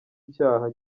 icyaha